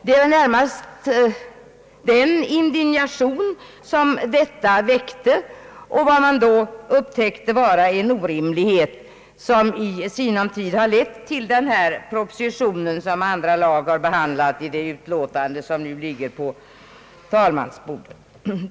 Det är närmast den in dignation som detta har väckt — det stod klart att det var en orimlig ordning — som i sinom tid har lett till den proposition som andra lagutskottet behandlat i det utlåtande som nu ligger på riksdagens bord.